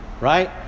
right